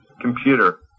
Computer